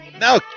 No